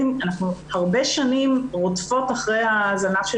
הרבה שנים אנחנו רודפות אחרי הזנב של